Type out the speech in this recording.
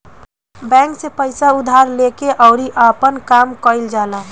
bank से पइसा उधार लेके अउरी आपन काम कईल जाला